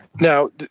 Now